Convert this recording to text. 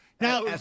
Now